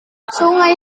sungai